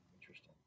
Interesting